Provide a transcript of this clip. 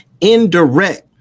indirect